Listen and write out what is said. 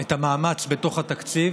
את המאמץ בתוך התקציב,